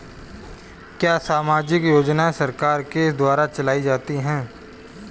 क्या सामाजिक योजनाएँ सरकार के द्वारा चलाई जाती हैं?